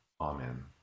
amen